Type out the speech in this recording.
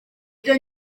ibyo